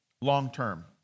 long-term